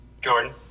Jordan